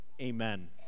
Amen